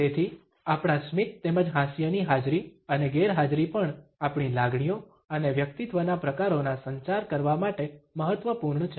તેથી આપણા સ્મિત તેમજ હાસ્યની હાજરી અને ગેરહાજરી પણ આપણી લાગણીઓ અને વ્યક્તિત્વના પ્રકારોના સંચાર કરવા માટે મહત્વપૂર્ણ છે